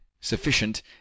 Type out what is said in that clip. sufficient